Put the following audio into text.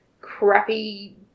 crappy